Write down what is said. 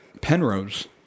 Penrose